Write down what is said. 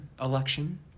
election